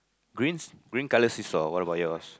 green green colour see saw what about yours